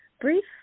brief